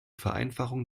vereinfachung